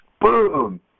boom